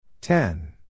Ten